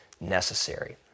necessary